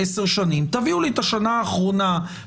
נכונה.